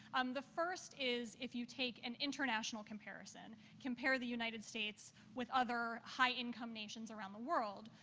um the first is if you take an international comparison. compare the united states with other high-income nations around the world,